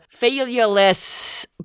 failureless